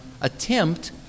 attempt